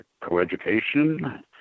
Coeducation